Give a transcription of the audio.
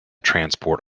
transport